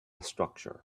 structure